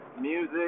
Music